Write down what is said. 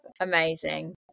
amazing